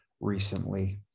recently